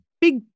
big